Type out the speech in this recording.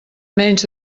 menys